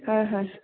হয় হয়